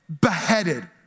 beheaded